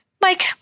Mike